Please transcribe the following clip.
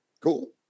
Cool